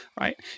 right